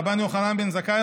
רבן יוחנן בן זכאי,